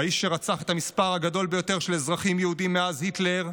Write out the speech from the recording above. והאיש שרצח את המספר הגדול ביותר של אזרחים יהודים מאז היטלר,